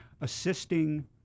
assisting